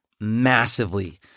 massively